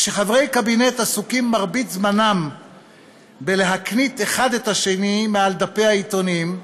כשחברי קבינט עסוקים מרבית זמנם להקניט האחד את השני מעל דפי העיתונים,